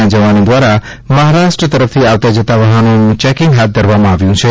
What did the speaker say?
ના જવાનો દ્વારા મહારાષ્ટ્ર તરફથી આવતા જતા વાહનોનું ચેકિંગ હાથ ધરવામાં આવ્યું છે